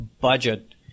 budget